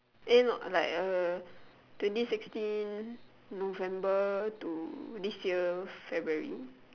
eh no like a twenty sixteen november to this year february